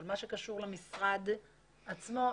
מה שקשור למשרד עצמו,